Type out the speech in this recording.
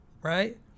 right